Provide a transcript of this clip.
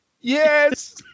Yes